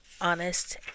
Honest